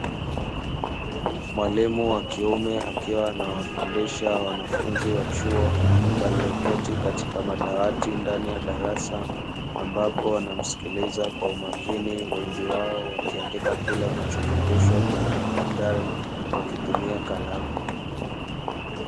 Mwalimu wa kiume akiwa anawafundisha wanafunzi wa chuo walioketi katika madawati ndani ya darasa, ambapo wanamsikiliza kwa umakini wengi wao wakiandika kila wanachofundishwa kwenye madaftari wakitumia kalamu.